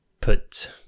put